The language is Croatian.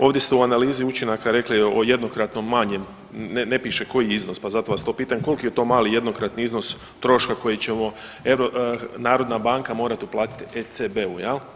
Ovdje ste u analizi učinaka rekli o jednokratnom manjem, ne piše koji iznos, pa zato vas to pitam, koliki je to mali jednokratni iznos troška koji ćemo, Narodna banka morati uplatiti ECB-u, je li?